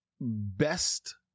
best